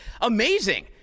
amazing